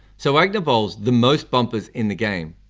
so wagner bowls the most bumpers in the game.